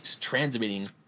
transmitting